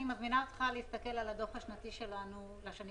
אני מזמינה אותך להסתכל על הדוח השנתי שלנו לשנים